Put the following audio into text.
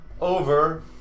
over